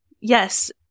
Yes